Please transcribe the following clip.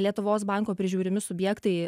lietuvos banko prižiūrimi subjektai